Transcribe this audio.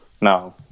no